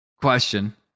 question